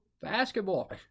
basketball